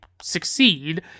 succeed